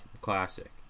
classic